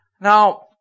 Now